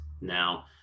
Now